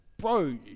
bro